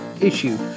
issue